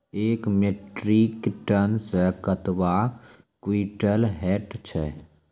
एक metric ton मे कतवा क्वींटल हैत छै?